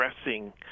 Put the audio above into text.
addressing